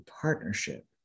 partnership